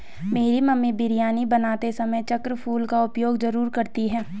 मेरी मम्मी बिरयानी बनाते समय चक्र फूल का उपयोग जरूर करती हैं